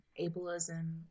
Ableism